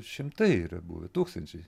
šimtai yra buvę tūkstančiai